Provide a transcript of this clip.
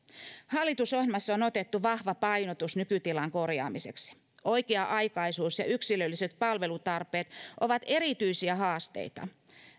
hallitusohjelmassa on otettu vahva painotus nykytilan korjaamiseksi oikea aikaisuus ja yksilölliset palvelutarpeet ovat erityisiä haasteita